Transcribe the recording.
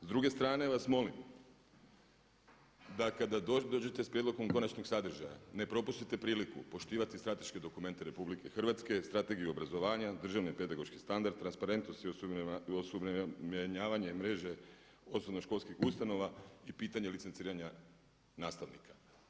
S druge strane vas molim da kada dođete sa prijedlogom konačnog sadržaja ne propustite priliku poštivati strateške dokumente RH, Strategiju obrazovanja, Državni pedagoški standard, transparentnost i osuvremenjavanje mreže osnovnoškolskih ustanova i pitanje licenciranja nastavnika.